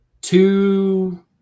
two